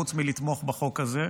חוץ מלתמוך בחוק הזה,